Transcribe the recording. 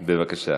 בבקשה.